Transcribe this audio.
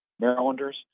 Marylanders